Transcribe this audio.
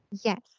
Yes